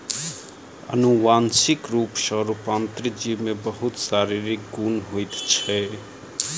अनुवांशिक रूप सॅ रूपांतरित जीव में बहुत शारीरिक गुण होइत छै